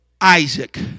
Isaac